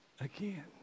again